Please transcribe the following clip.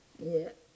ya